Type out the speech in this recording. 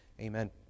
amen